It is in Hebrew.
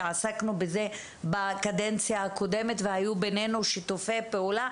ועסקנו בזה בקדנציה הקודמת והיו בינינו שיתופי פעולה,